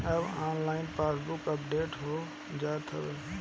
अब online passbook update हो जात हवे